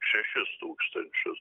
šešis tūkstančius